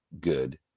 good